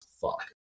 fuck